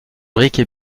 brique